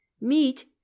Meat